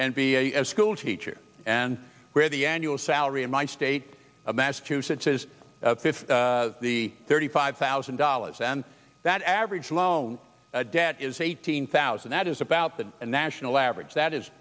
be a schoolteacher and where the annual salary in my state of massachusetts is the thirty five thousand dollars and that average loan debt is eighteen thousand that is about the national average that is